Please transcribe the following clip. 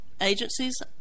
agencies